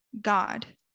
God